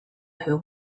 her